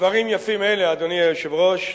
דברים יפים אלה, אדוני היושב-ראש,